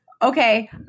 Okay